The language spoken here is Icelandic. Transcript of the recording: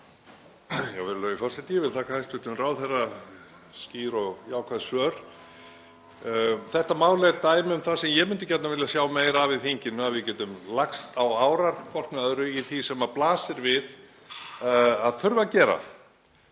Ég vil þakka hæstv. ráðherra skýr og jákvæð svör. Þetta mál er dæmi um það sem ég myndi gjarnan vilja sjá meira af í þinginu, að við getum lagst á árar hvert með öðru í því sem blasir við að þurfi að gera.